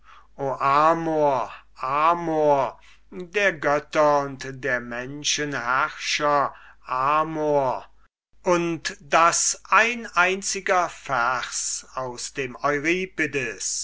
amor amor der götter und der menschen herrscher amor und daß ein einziger vers aus dem